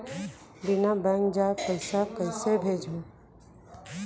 बिना बैंक जाये पइसा कइसे भेजहूँ?